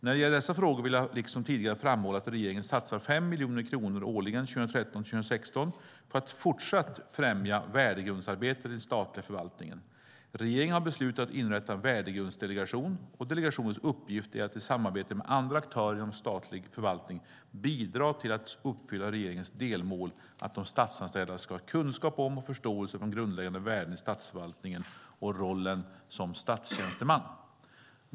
När det gäller dessa frågor vill jag, liksom tidigare, framhålla att regeringen satsar 5 miljoner kronor årligen 2013-2016 för att fortsatt främja värdegrundsarbetet i den statliga förvaltningen. Regeringen har beslutat att inrätta en värdegrundsdelegation. Delegationens uppgift är att i samarbete med andra aktörer inom statlig förvaltning bidra till att uppfylla regeringens delmål att de statsanställda ska ha kunskap om och förståelse för de grundläggande värden i statsförvaltningen och rollen som statstjänsteman.